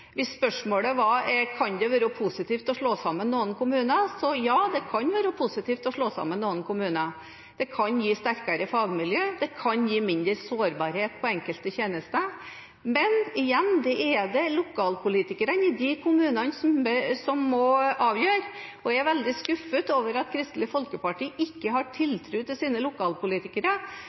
Hvis spørsmålet var: Kan det være positivt å slå sammen noen kommuner? Ja, det kan være positivt å slå sammen noen kommuner. Det kan gi sterkere fagmiljøer, det kan gi mindre sårbarhet på enkelte tjenester. Men igjen – det er det lokalpolitikerne i kommunene som må avgjøre. Jeg er veldig skuffet over at Kristelig Folkeparti ikke har